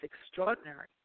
extraordinary